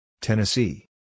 Tennessee